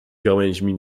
gałęźmi